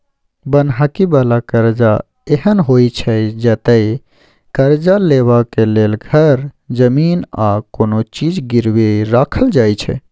बन्हकी बला करजा एहन होइ छै जतय करजा लेबाक लेल घर, जमीन आ कोनो चीज गिरबी राखल जाइ छै